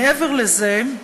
מעבר לזה,